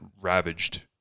ravaged